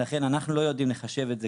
לכן אנחנו לא יודעים לחשב את זה,